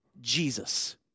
Jesus